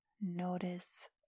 Notice